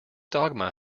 dogma